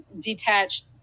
detached